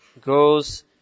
goes